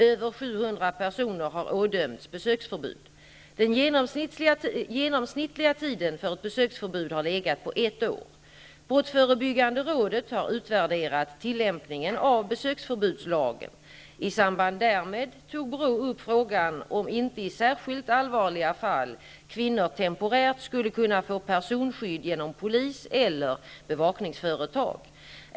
Över 700 personer har ådömts besöksförbud. Den genomsnittliga tiden för ett besöksförbud har legat på ett år. 1989:2). I samband därmed tog BRÅ upp frågan om inte i särskilt allvarliga fall kvinnor temporärt skulle kunna få personskydd genom polis eller bevakningsföretag.